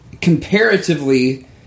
comparatively